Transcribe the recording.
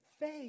Faith